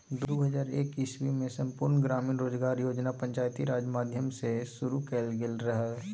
दु हजार एक इस्बीमे संपुर्ण ग्रामीण रोजगार योजना पंचायती राज माध्यमसँ शुरु कएल गेल रहय